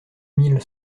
mille